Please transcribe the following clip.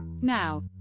Now